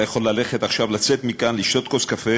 אתה יכול ללכת עכשיו, לצאת מכאן ולשתות כוס קפה